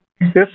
Yes